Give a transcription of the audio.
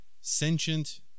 sentient